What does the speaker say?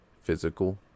physical